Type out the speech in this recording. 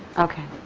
okay.